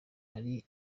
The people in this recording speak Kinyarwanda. hari